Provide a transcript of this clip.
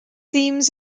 themes